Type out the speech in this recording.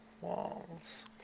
walls